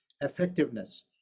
effectiveness